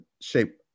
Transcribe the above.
shape